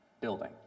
building